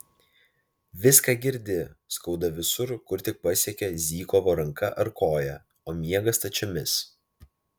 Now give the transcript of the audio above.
viską girdi skauda visur kur tik pasiekė zykovo ranka ar koja o miega stačiomis